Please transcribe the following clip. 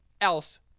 else